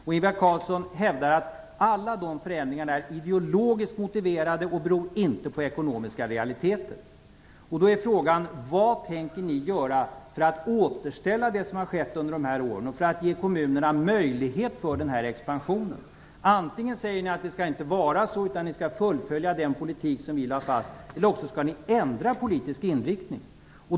Ingvar Carlsson hävdar att alla de förändringarna är ideologiskt motiverade och inte beror på ekonomiska realiteter. Då är frågan: Vad tänker ni göra för att återställa det som har skett under de här åren och för att ge kommunerna möjlighet till en sådan expansion? Antingen måste ni säga att det inte kommer att bli så utan att ni vill fullfölja den politik som vi lade fast, eller också måste ni ändra politisk inriktning.